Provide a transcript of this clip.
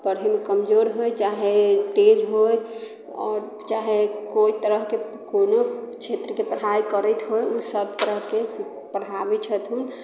पढ़ैमे कमजोर होइ चाहे तेज होइ आओर चाहे कोइ तरहके कोनो क्षेत्रके पढ़ाइ करैत होइ सभ तरहके पढ़ाबै छथुन